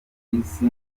isi